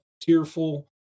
tearful